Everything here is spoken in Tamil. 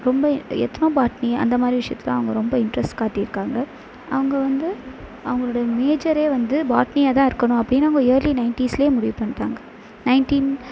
ரொம்ப எத்னோபாட்னி அந்த மாதிரி விஷயத்துலாம் அவங்க ரொம்ப இன்ட்ரெஸ்ட் காட்டியிருக்காங்க அவங்க வந்து அவங்களுடைய மேஜரே வந்து பாட்னியாக தான் இருக்கணும் அப்படின்னு அவங்க இயர்லி நைன்டிஸ்லேயே முடிவு பண்ணிட்டாங்க நைன்டின்